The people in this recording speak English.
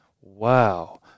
Wow